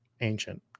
ancient